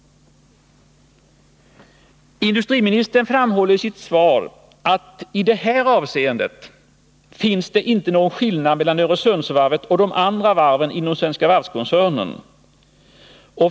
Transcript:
Industriministern framhåller i sitt svar att i det här avseendet finns det inte någon skillnad mellan Öresundsvarvet och de andra varven inom Svenska Varv-koncernen.